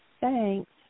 Thanks